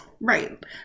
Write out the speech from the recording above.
Right